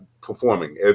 performing